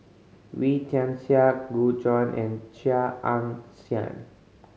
Wee Tian Siak Gu Juan and Chia Ann Siang